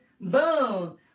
Boom